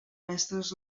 mestres